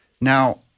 Now